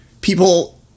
people